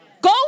go